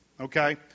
Okay